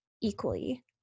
equally